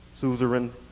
suzerain